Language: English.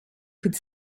could